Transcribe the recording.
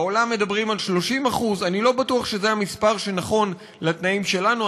בעולם מדברים על 30%; אני לא בטוח שזה המספר שנכון לתנאים שלנו.